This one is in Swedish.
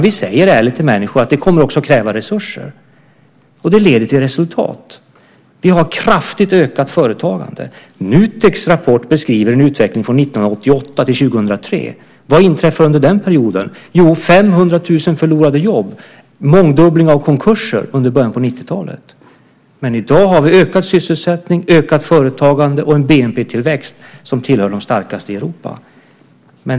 Vi säger ärligt till människor att det kommer också att kräva resurser, och det leder till resultat. Vi har ett kraftigt ökat företagande. Nuteks rapport beskriver en utveckling från 1988 till 2003. Vad inträffar under den perioden? Jo, 500 000 förlorade jobb och mångdubbling av konkurser under början av 1990-talet. I dag har vi ökad sysselsättning, ökat företagande och en bnp-tillväxt som hör till de starkaste i Europa.